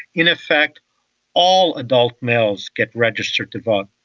in effect all adult males get registered to vote.